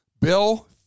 Bill